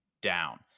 down